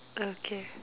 okay